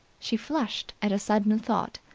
she flushed at a sudden thought.